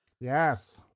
Yes